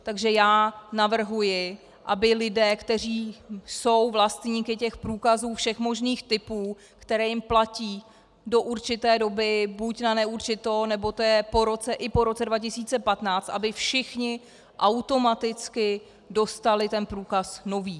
Takže já navrhuji, aby lidé, kteří jsou vlastníky těch průkazů všech možných typů, kteří jim platí do určité doby, buď na neurčito, nebo to je po roce, i po roce 2015, aby všichni automaticky dostali ten průkaz nový.